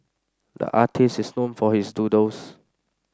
the artist is known for his doodles